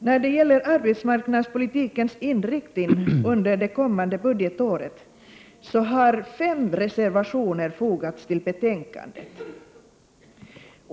När det gäller arbetsmarknadspolitikens inriktning under det kommande budgetåret, så har fem reservationer fogats till betänkandet.